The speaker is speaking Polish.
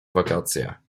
wakacje